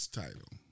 title